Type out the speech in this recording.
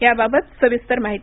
याबाबत सविस्तर माहिती